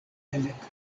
elekto